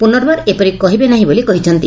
ପୁନର୍ବାର ଏପରି କହିବେ ନାହିଁ ବୋଲି କହିଛନ୍ତି